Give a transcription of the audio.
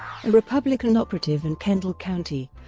republican operative in kendall county,